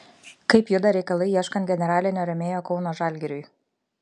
kaip juda reikalai ieškant generalinio rėmėjo kauno žalgiriui